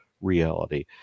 reality